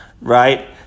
Right